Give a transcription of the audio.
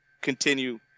continue